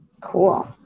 Cool